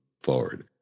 forward